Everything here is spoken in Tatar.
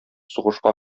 сугышка